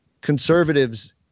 conservatives